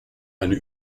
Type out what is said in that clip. eine